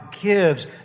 gives